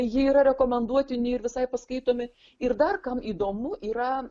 jie yra rekomenduotini ir visai paskaitomi ir dar kam įdomu yra